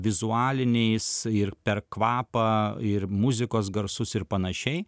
vizualiniais ir per kvapą ir muzikos garsus ir panašiai